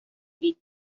vid